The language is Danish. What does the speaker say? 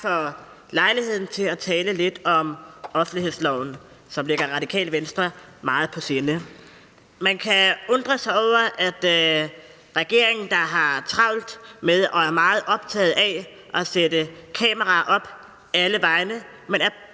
for lejligheden til at tale lidt om offentlighedsloven, som ligger Radikale Venstre meget på sinde. Man kan undre sig over regeringen, når den har så travlt med og er meget optaget